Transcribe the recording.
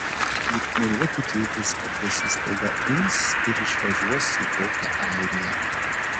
juk naivu tikėtis kad visi staiga ims ir išvažiuos į kokią airiją